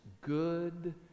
good